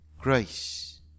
Grace